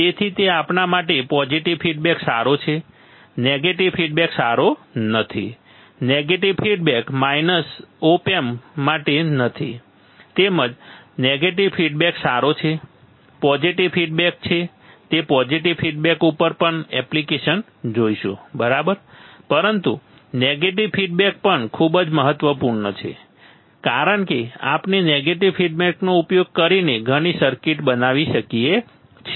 તેથી તે આપણા માટે પોઝિટિવ ફીડબેક સારો છે નેગેટિવ ફીડબેક સારો નથી નેગેટિવ ફીડબેક ઓપ એમ્પ માટે નથી તેમજ નેગેટિવ ફીડબેક સારો છે પોઝિટિવ ફીડબેક છે તે પોઝિટિવ ફીડબેક ઉપર પણ એપ્લિકેશન જોઈશું બરાબર પરંતુ નેગેટિવ ફીડબેક પણ ખૂબ જ મહત્વપૂર્ણ છે કારણ કે આપણે નેગેટિવ ફીડબેકનો ઉપયોગ કરીને ઘણી સર્કિટ બનાવી શકીએ છીએ